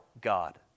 God